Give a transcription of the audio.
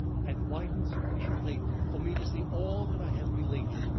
had widened sufficiently for me to see all that i have related?